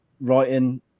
writing